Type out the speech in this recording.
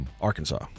Arkansas